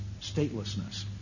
statelessness